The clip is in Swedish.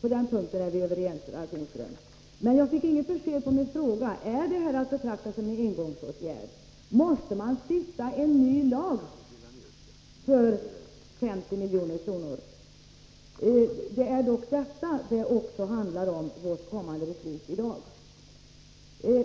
På den punkten är vi överens, Ralf Lindström. Jag fick inget besked på min fråga om det här är att betrakta som en engångsåtgärd. Måste man stifta en ny lag för användningen av dessa 50 milj.kr.? Det är dock detta som vårt kommande beslut i dag också handlar om.